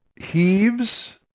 heaves